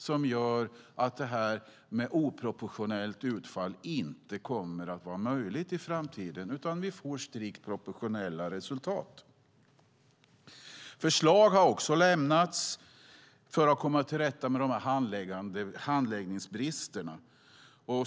Det gör att oproportionellt utfall inte kommer att vara möjligt i framtiden, utan det blir strikt proportionella resultat. Förslag har också lämnats för att komma till rätta med handläggningsbrister.